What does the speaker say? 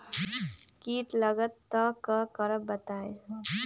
कीट लगत त क करब बताई?